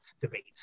debate